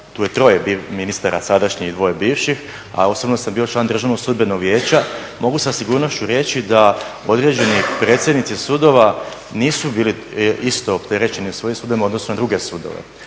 tu troje ministara sadašnji i dvoje bivših, a osobno sam bio član DSV-a mogu sa sigurnošću reći da određeni predsjednici sudova nisu bili isto opterećeni svojim sudovima odnosno druge sudova.